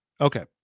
Okay